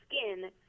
skin